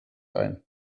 ein